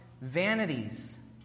vanities